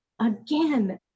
Again